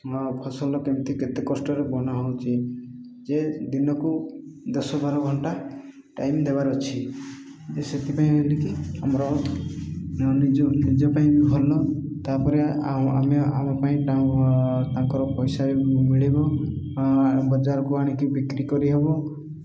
ଫସଲ କେମିତି କେତେ କଷ୍ଟରେ ବନା ହଉଛି ଯେ ଦିନକୁ ଦଶ ବାର ଘଣ୍ଟା ଟାଇମ୍ ଦେବାର ଅଛି ଯେ ସେଥିପାଇଁ ହେଲେକି ଆମର ନିଜ ପାଇଁ ବି ଭଲ ତାପରେ ଆମେ ଆମ ପାଇଁ ତାଙ୍କର ପଇସା ବି ମିଳିବ ବଜାରକୁ ଆଣିକି ବିକ୍ରି କରିହବ